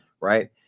right